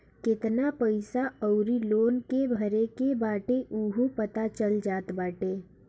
केतना पईसा अउरी लोन के भरे के बाटे उहो पता चल जात बाटे